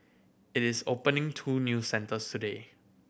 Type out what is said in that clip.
it is opening two new centres today